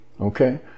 Okay